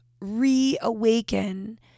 reawaken